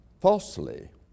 falsely